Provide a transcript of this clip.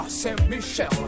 Saint-Michel